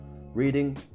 reading